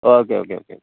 okay okay okay